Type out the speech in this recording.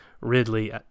Ridley